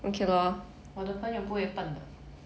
我的朋友不会笨的